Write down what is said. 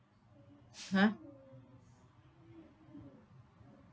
!huh!